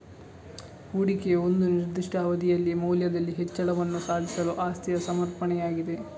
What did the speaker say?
ಹೂಡಿಕೆಯು ಒಂದು ನಿರ್ದಿಷ್ಟ ಅವಧಿಯಲ್ಲಿ ಮೌಲ್ಯದಲ್ಲಿ ಹೆಚ್ಚಳವನ್ನು ಸಾಧಿಸಲು ಆಸ್ತಿಯ ಸಮರ್ಪಣೆಯಾಗಿದೆ